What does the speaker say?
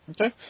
Okay